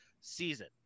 season